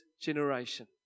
generation